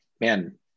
man